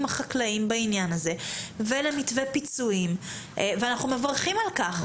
החקלאי ביחס למתווה פיצויים ואנחנו מברכים על כך.